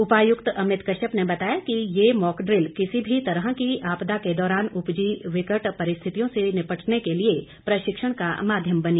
उपायुक्त अमित कश्यप ने बताया कि ये मॉकड्रिल किसी भी तरह की आपदा के दौरान उपजी विकट परिस्थितियों से निपटने के लिए प्रशिक्षण का माध्यम बनी